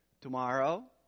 tomorrow